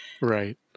Right